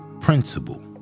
principle